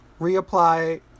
Reapply